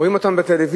רואים אותם בטלוויזיה,